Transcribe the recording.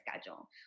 schedule